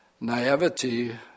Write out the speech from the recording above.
naivety